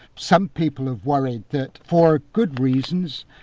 some people have worried that for good reasons,